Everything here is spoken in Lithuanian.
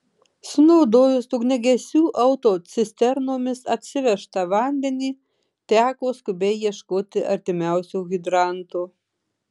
sunaudojus ugniagesių autocisternomis atsivežtą vandenį teko skubiai ieškoti artimiausio hidranto